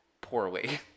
poorly